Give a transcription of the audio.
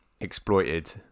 exploited